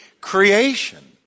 creation